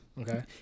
Okay